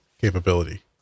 capability